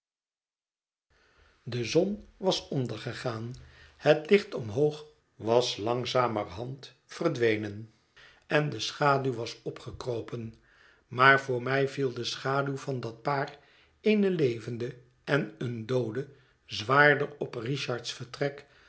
de zon was ondergegaan het licht omhoog was langzamerhand verdwenen en de schaduw was opgekropen maar voor mij viel de schaduw van dat paar eene levende en een doode zwaarder op richard's vertrek